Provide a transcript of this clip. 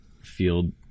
field